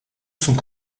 sont